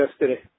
yesterday